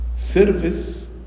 Service